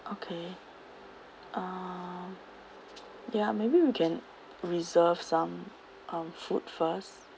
okay uh ya maybe we can reserve some um food first